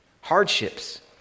Hardships